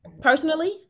personally